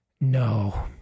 no